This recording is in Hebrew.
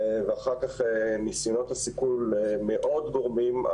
ואחר כך ניסיונות הסיכול מעוד גורמים,